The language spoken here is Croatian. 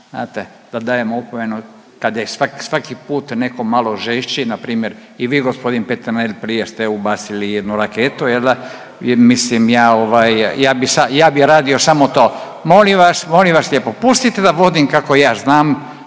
znate da dajem opomenu kad je svaki put neko malo žešći npr. i vi g. Peternel prije ste ubacili jednu raketu jel da i mislim ja ovaj, ja bi, ja bi radio samo to. Molim vas, molim vas lijepo pustite da vodim kako ja znam,